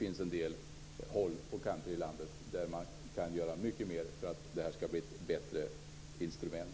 På en del håll i landet kan man göra mer för att det här skall bli ett bättre instrument.